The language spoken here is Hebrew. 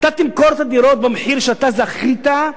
אתה תמכור את הדירות במחיר שאתה זכית,